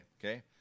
okay